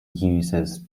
uses